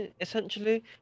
essentially